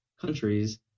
countries